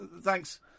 Thanks